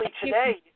today